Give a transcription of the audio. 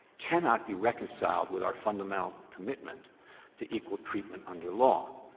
cannot be reconciled with our fundamental commitment to equal treatment under law.